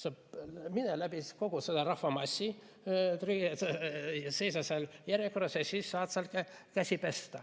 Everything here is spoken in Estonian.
Sa mine läbi kogu selle rahvamassi ja seisa seal järjekorras ja siis saad seal käsi pesta.